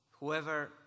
Whoever